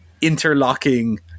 interlocking